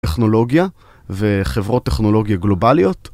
טכנולוגיה וחברות טכנולוגיה גלובליות.